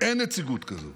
אין נציגות כזאת.